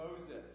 Moses